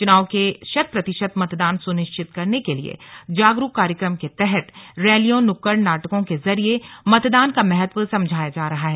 चुनाव में शतप्रतिशत मतदान सुनिश्चित करने के लिए जागरूक कार्यक्रम के तहत रैलियों नुक्कड़ नाटकों के जरिए मतदान का महत्व समझाया जा रहा है